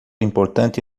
importante